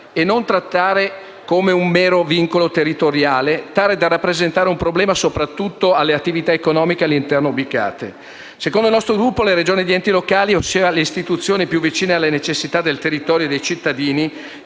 si può trattare come un mero vincolo territoriale, tale da rappresentare un problema soprattutto alle attività economiche ubicate all'interno. Secondo il nostro Gruppo, le Regioni e gli enti locali, ossia le istituzioni più vicine alle necessità del territorio e dei cittadini,